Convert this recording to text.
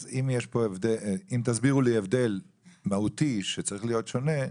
אז אם תסבירו לי הבדל מהותי שצריך להיות שונה,